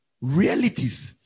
realities